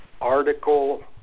Article